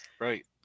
Right